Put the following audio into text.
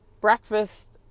breakfast